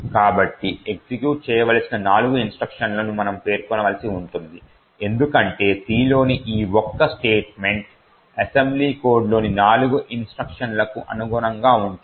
కాబట్టి ఎగ్జిక్యూట్ చేయవలసిన నాలుగు ఇన్స్ట్రక్షన్ లను మనము పేర్కొనవలసి ఉంది ఎందుకంటే C లోని ఈ ఒక్క స్టేట్మెంట్ అసెంబ్లీ కోడ్ లోని నాలుగు ఇన్స్ట్రక్షన్లకు అనుగుణంగా ఉంటుంది